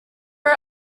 her